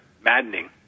maddening